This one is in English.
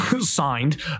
Signed